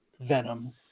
Venom